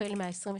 החל מ-23